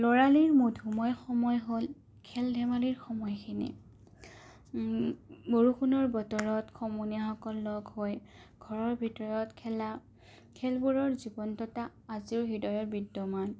ল'ৰালিৰ মধুময় সময় হ'ল খেল ধেমালিৰ সময়খিনি বৰষুণৰ বতৰত সমনীয়াসকল লগ হৈ ঘৰৰ ভিতৰত খেলা খেলবোৰৰ জীৱন্ততা আজিও হৃদয়ত বিদ্যমান